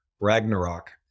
Ragnarok